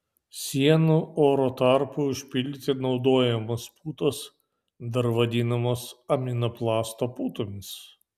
sienų oro tarpui užpildyti naudojamos putos dar vadinamos aminoplasto putomis